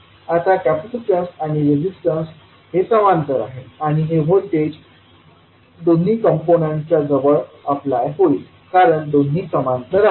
आता कॅपॅसिटन्स आणि रेजिस्टन्स समांतर आहेत आणि हे व्होल्टेज दोन्ही कंपोनेंटच्या जवळ अप्लाय होईल कारण दोन्ही समांतर आहेत